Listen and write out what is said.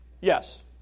yes